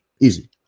Easy